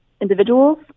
individuals